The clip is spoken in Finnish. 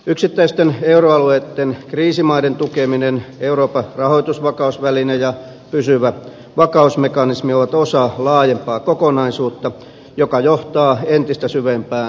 yksittäisten euroalueen kriisimaiden tukeminen euroopan rahoitusvakausväline ja pysyvä vakausmekanismi ovat osa laajempaa kokonaisuutta joka johtaa entistä syvempään liittovaltiokehitykseen